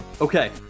Okay